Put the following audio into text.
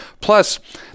plus